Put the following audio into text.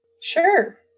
Sure